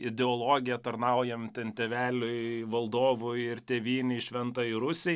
ideologija tarnauja ten tėveliui valdovui ir tėvynei šventai rusijai